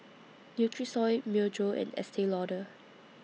Nutrisoy Myojo and Estee Lauder